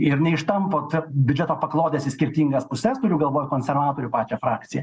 ir neištampot biudžeto paklodės į skirtingas puses turiu galvoj konservatorių pačią frakciją